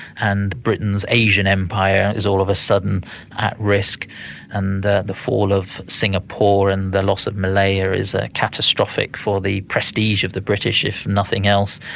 and britain's asian empire is all of a sudden at risk and the the fall of singapore and the loss of malaya is ah catastrophic for the prestige of the british, if nothing else,